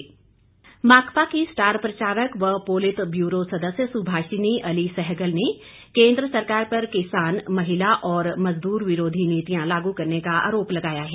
प्रचार सीपीएम माकपा की स्टार प्रचारक व पोलित ब्यूरो सदस्य सुभाषिनी अली सहगल ने केन्द्र सरकार पर किसान महिला और मजदूर विरोधी नीतियां लागू करने का आरोप लगाया है